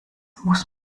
muss